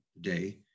day